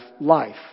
life